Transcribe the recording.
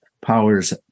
powers